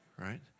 right